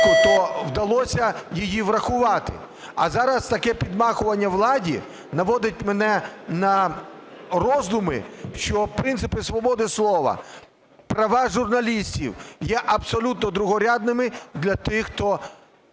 то вдалося її врахувати. А зараз таке "підмахування" владі наводить мене на роздуми, що принципи свободи слова, права журналістів є абсолютно другорядними для тих, хто